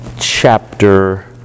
chapter